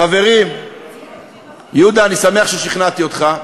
חברים, יהודה, אני שמח ששכנעתי אותך.